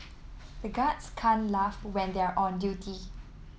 the guards can laugh when they are on duty